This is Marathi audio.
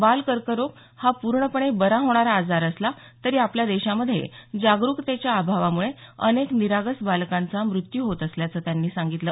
बाल कर्करोग हा पूर्णपणे बरा होणारा आजार असला तरी आपल्या देशामध्ये जागरुकतेच्या अभावामुळे अनेक निरागस बालकांचा मृत्यू होत असल्याचं त्यांनी सांगितलं